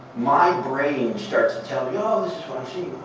my brain starts to tell me, oh,